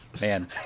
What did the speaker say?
Man